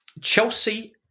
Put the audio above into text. Chelsea